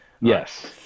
Yes